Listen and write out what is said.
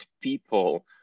people